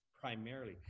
primarily